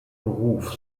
beruf